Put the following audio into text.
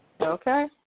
Okay